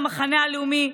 המחנה הלאומי,